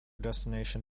destination